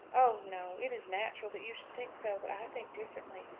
oh no! it is natural that you should think so but i think differently.